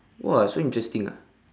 !wah! so interesting ah